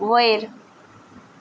वयर